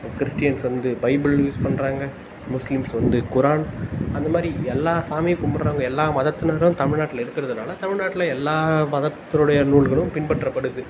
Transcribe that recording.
Christians வந்து Bible use பண்ணுறாங்க Muslims வந்து குரான் அந்த மாதிரி எல்லாம் சாமியும் கும்பிட்றவங்க எல்லாம் மதத்தினரும் தமிழ்நாட்டுல இருக்கிறதுனால தமிழ்நாட்ல எல்லாம் மதத்துனுடைய நூல்களும் பின்பற்றப்படுது